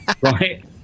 Right